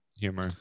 humor